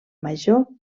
major